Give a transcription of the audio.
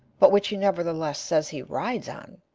but which he nevertheless says he rides on,